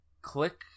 click